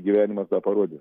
gyvenimas tą parodys